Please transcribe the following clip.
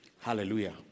Hallelujah